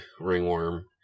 Ringworm